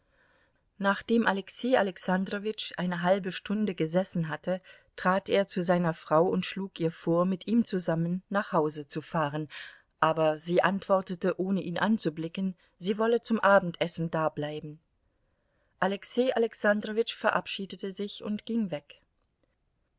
nachdem alexei alexandrowitsch eine halbe stunde gesessen hatte trat er zu seiner frau und schlug ihr vor mit ihm zusammen nach hause zu fahren aber sie antwortete ohne ihn anzublicken sie wolle zum abendessen dableiben alexei alexandrowitsch verabschiedete sich und ging weg